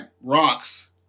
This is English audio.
rocks